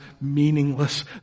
meaningless